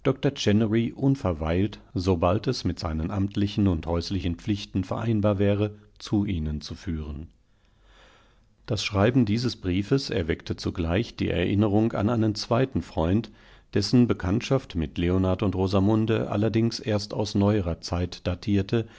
unverweilt sobald es mit seinen amtlichen und häuslichen pflichten vereinbarwäre zuihnenzuführen das schreiben dieses briefes erweckte zugleich die erinnerung an einen zweiten freund dessen bekanntschaft mit leonard und rosamunde allerdings erst aus neuer zeit datierte